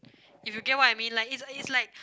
if you get what I mean like it's uh it's like